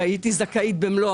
והייתי זכאית במלוא